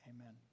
Amen